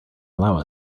allow